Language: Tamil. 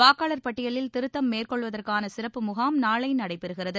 வாக்காளர் பட்டியலில் திருத்தம் மேற்கொள்வதற்கானசிறப்பு முகாம் நாளைநடைபெறுகிறது